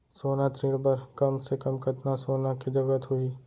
सोना ऋण बर कम से कम कतना सोना के जरूरत होही??